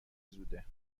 زوده